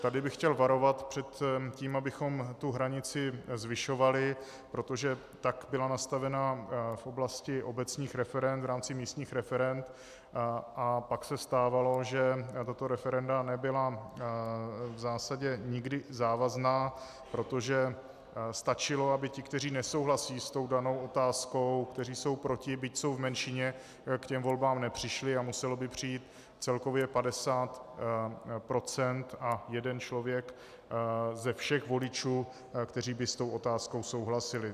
Tady bych chtěl varovat před tím, abychom hranici zvyšovali, protože tak byla nastavena v oblasti obecních referend, v rámci místních referend, a pak se stávalo, že tato referenda nebyla v zásadě nikdy závazná, protože stačilo, aby ti, kteří nesouhlasí s danou otázkou, kteří jsou proti, byť jsou v menšině, k volbám nepřišli a muselo by přijít celkově 50 % a jeden člověk ze všech voličů, kteří by s tou otázkou souhlasili.